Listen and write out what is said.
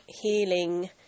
healing